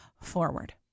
forward